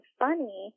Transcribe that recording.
funny